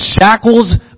shackles